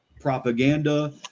propaganda